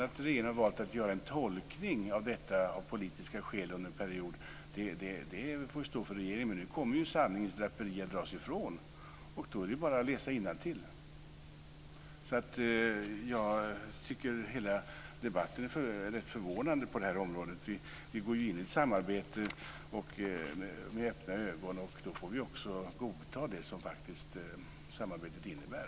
Att regeringen har valt att göra en tolkning av detta av politiska skäl under en period får stå för regeringen, men nu kommer sanningens draperier att dras ifrån, och då är det bara att läsa innantill. Jag tycker att hela debatten på det här området är rätt förvånande. Om vi går in i ett samarbete med öppna ögon då får vi också godta det som samarbetet innebär.